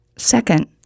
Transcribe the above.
Second